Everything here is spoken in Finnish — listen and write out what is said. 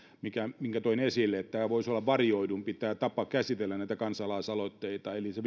minkä toin esille että voisi olla varioidumpi tämä tapa käsitellä näitä kansalaisaloitteita eli se